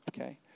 okay